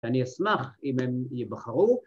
‫אני אשמח אם הם יבחרו.